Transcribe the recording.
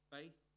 Faith